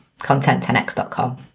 content10x.com